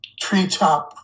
treetop